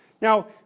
Now